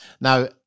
Now